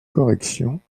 correction